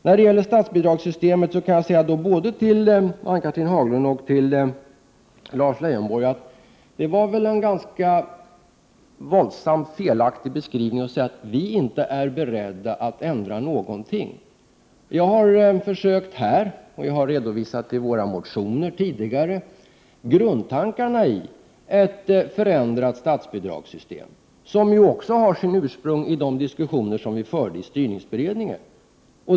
Beträffande statsbidragssystemet kan jag säga till både Ann-Cathrine Haglund och Lars Leijonborg att det var en våldsamt felaktig beskrivning att säga att vi i centern inte är beredda att ändra någonting. Jag har tidigare i kammaren och i motioner försökt redovisa grundtankarna i ett förändrat statsbidragssystem, som har sitt ursprung i de diskussioner som vi förde i styrningsberedningen.